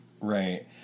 Right